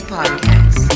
Podcast